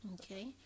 Okay